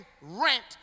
rent